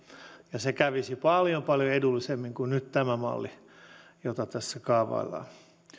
ja se kävisi paljon paljon edullisemmin kuin nyt tässä mallissa jota tässä kaavaillaan